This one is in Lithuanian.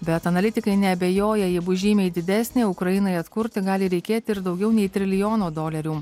bet analitikai neabejoja ji bus žymiai didesnė ukrainai atkurti gali reikėti daugiau nei trilijono dolerių